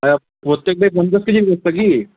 হ্যাঁ প্রত্যেকটায় পঞ্চাশ কেজির বস্তা কি